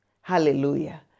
Hallelujah